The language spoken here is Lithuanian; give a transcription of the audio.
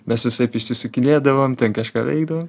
mes visaip išsisukinėdavom ten kažką veikdavom